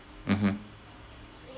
mmhmm